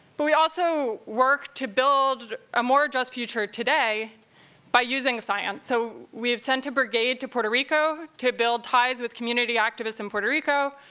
but we also work to build a more just future today by using science. so we have sent a brigade to puerto rico, to build ties with community activists in puerto rico,